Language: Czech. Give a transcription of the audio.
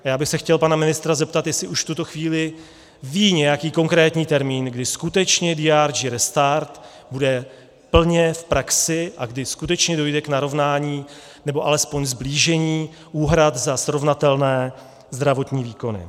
A já bych se chtěl pana ministra zeptat, jestli už v tuto chvíli ví nějaký konkrétní termín, kdy skutečně DRG restart bude plně v praxi a kdy skutečně dojde k narovnání, nebo alespoň sblížení úhrad za srovnatelné zdravotní výkony.